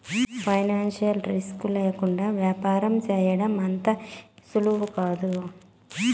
financial risk లేకుండా యాపారం సేయడం అంత సులువేమీకాదు